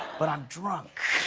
but i'm drunk.